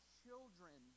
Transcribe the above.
children